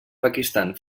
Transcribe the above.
pakistan